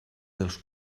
dels